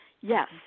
Yes